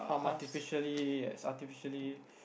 artificially is artificially